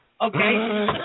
Okay